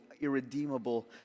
irredeemable